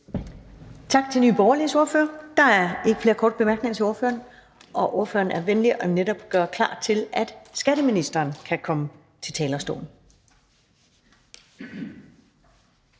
Tak til Nye Borgerliges ordfører. Der er ikke flere korte bemærkninger til ordføreren. Og ordføreren er venlig netop at gøre klar til, at skatteministeren kan komme på talerstolen.